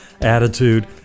attitude